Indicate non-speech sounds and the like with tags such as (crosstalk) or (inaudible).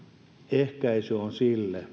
ehkäisy sille (unintelligible)